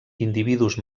individus